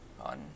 on